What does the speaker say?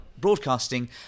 broadcasting